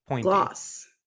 gloss